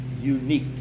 unique